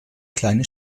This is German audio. kleine